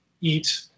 eat